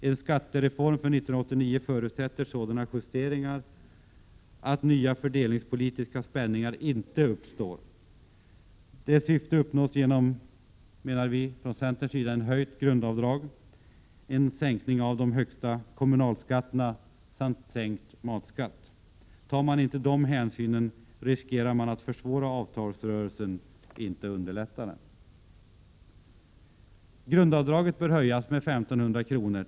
En skattereform för 1989 förutsätter sådana justeringar att nya fördelningspolitiska spänningar inte uppstår. Detta syfte uppnås, menar vi från centerns sida, genom höjt grundavdrag och sänkning av de högsta kommunalskatterna samt sänkt matskatt. Tas inte sådana hänsyn, riskerar man att försvåra avtalsrörelsen — inte underlätta den. Grundavdraget bör höjas med 1 500 kr.